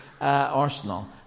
arsenal